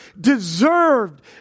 deserved